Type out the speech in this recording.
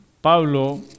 Pablo